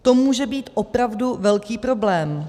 To může být opravdu velký problém.